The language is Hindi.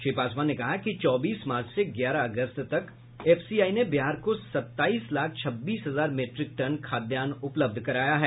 श्री पासवान ने कहा कि चौबीस मार्च से ग्यारह अगस्त तक एफसीआई ने बिहार को सत्ताईस लाख छब्बीस हजार मीट्रिक टन खाद्यान्न उपलब्ध कराया है